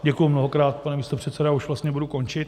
Děkuji mnohokrát, pane místopředsedo, já už vlastně budu končit.